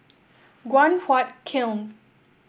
Guan Huat Kiln